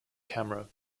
camera